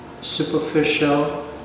Superficial